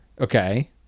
Okay